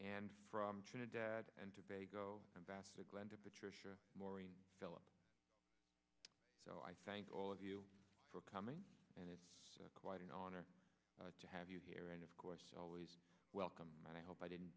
and from trinidad and tobago ambassador glenda patricia maureen philip so i thank all of you for coming and it's quite an honor to have you here and of course always welcome and i hope i didn't